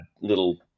little